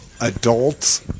adults